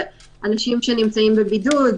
אנשים שנמצאים בבידוד